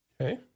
Okay